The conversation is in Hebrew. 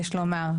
יש לומר,